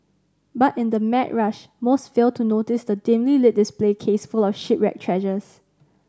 but in the mad rush most fail to notice the dimly lit display case full of shipwreck treasures